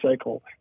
cycle